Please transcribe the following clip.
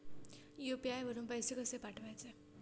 UPI वरून पैसे कसे पाठवायचे?